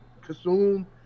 consume